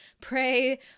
Pray